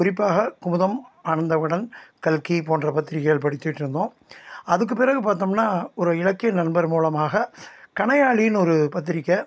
குறிப்பாக குமுதம் ஆனந்த விகடன் கல்கி போன்ற பத்திரிக்கைகள் படிச்சுட்ருந்தோம் அதுக்கு பிறகு பார்த்தோம்னா ஒரு இலக்கிய நண்பர் மூலமாக கணையாழின்னு ஒரு பத்திரிக்கை